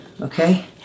Okay